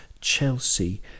Chelsea